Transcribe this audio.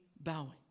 bowing